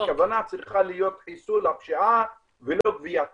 הכוונה צריכה להיות חיסול הפשיעה ולא גביית